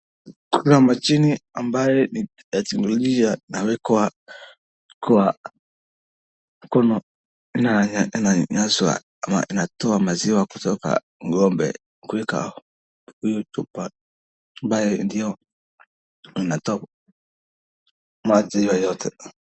Kuna mashine ambaye ni ya teknolojia nawekwa kwa mkono na inanyanyaswa ama inatoa maziwa kutoka ng'ombe kuweka hiyo chupa ambaye ndio wanatoa maziwa yote.